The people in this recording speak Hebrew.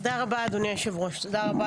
תודה רבה אדוני היושב ראש,